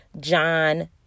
John